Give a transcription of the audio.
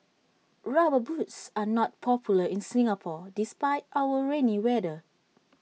rubber boots are not popular in Singapore despite our rainy weather